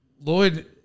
Lloyd